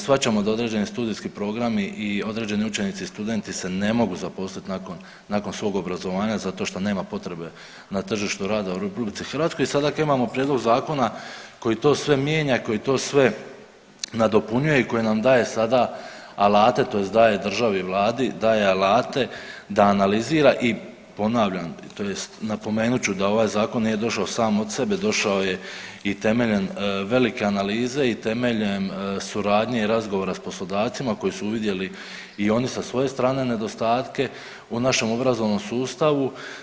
Shvaćamo da određeni studijski programi i određeni učenici studenti se ne mogu zaposliti nakon, nakon svog obrazovanja zato što nema potrebe na tržištu rada u RH i sada kad imamo prijedlog zakona koji sve to mijenja koji to sve nadopunjuje i koji nam daje sada alate tj. daje državi i vladi daje alate da analizira i ponavljam tj. napomenut ću da ovaj zakon nije došao sam od sebe došao je i temeljem velike analize i temeljem suradnje i razgovora s poslodavcima koji su uvidjeli i oni sa svoje strane nedostatke u našem obrazovnom sustavu.